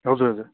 हजुर हजुर